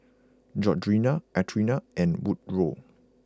Georgina Athena and Woodroe